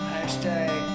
Hashtag